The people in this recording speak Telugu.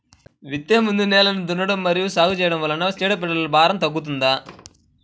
విత్తే ముందు నేలను దున్నడం మరియు సాగు చేయడం వల్ల చీడపీడల భారం తగ్గుతుందా?